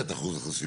את ה-15%,